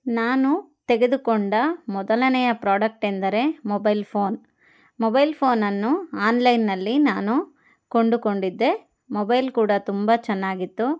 ನಾನು ತೆಗೆದುಕೊಂಡ ಮೊದಲನೆಯ ಪ್ರೋಡಕ್ಟ್ ಎಂದರೆ ಮೊಬೈಲ್ ಫೋನ್ ಮೊಬೈಲ್ ಫೋನನ್ನು ಆನ್ಲೈನ್ನ್ನಲ್ಲಿ ನಾನು ಕೊಂಡುಕೊಂಡಿದ್ದೆ ಮೊಬೈಲ್ ಕೂಡ ತುಂಬ ಚೆನ್ನಾಗಿತ್ತು